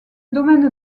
domaine